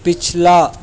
پچھلا